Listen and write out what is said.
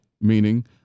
meaning